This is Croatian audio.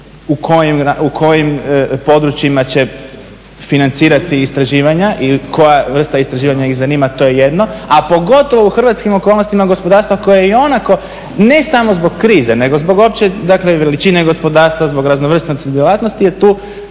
u kojim područjima će financirati istraživanja i koja vrsta istraživanja ih zanima, to je jedno, a pogotovo u hrvatskim okolnostima gospodarstva koja i onako ne samo zbog krize nego zbog opće veličine gospodarstva zbog raznovrsnosti djelatnosti je tu